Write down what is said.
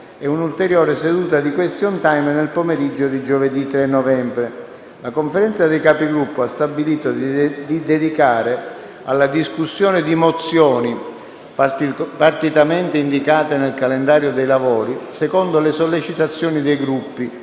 e un'ulteriore seduta di *question time* nel pomeriggio di giovedì 3 novembre. La Conferenza dei Capigruppo ha stabilito di dedicare alla discussione di mozioni - partitamente indicate nel calendario dei lavori, secondo le sollecitazione dei Gruppi,